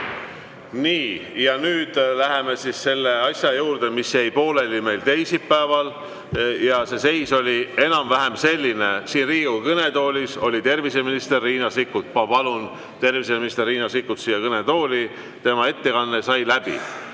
Nii. Nüüd läheme selle asja juurde, mis jäi meil pooleli teisipäeval. Seis oli enam-vähem selline, et siin Riigikogu kõnetoolis oli terviseminister Riina Sikkut. Ma palun terviseminister Riina Sikkuti siia kõnetooli. Tema ettekanne sai läbi